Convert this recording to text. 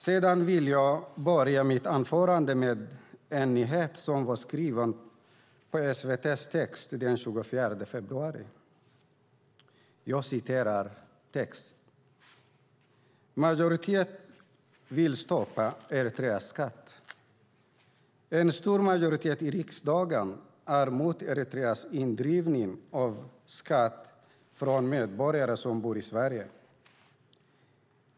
Låt mig börja med ett citat från SVT Text den 24 februari: "Majoritet vill stoppa Eritreaskatt. En stor majoritet i riksdagen är mot Eritreas indrivning av skatt från medborgare som bor i Sverige.